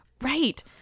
right